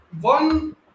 one